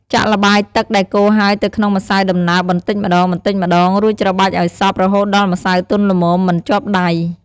ចាក់ល្បាយទឹកដែលកូរហើយទៅក្នុងម្សៅដំណើបបន្តិចម្ដងៗ រួចច្របាច់ឲ្យសព្វរហូតដល់ម្សៅទន់ល្មម មិនជាប់ដៃ។